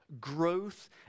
growth